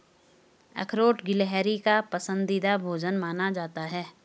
अखरोट गिलहरी का पसंदीदा भोजन माना जाता है